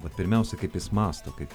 bet pirmiausia kaip jis mąsto kaip